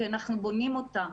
כי אנחנו בונים אותה.